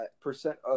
percent